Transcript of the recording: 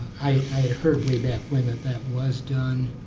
i heard way back when that that was done